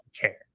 care